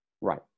Right